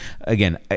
again